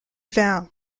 vin